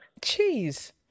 cheese